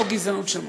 זו גזענות של ממש.